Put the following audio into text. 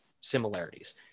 similarities